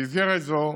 במסגרת זו,